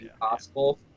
possible